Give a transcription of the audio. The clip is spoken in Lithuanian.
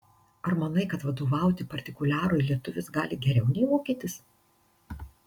ar manai kad vadovauti partikuliarui lietuvis gali geriau nei vokietis